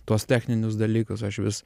tuos techninius dalykus aš vis